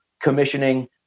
Commissioning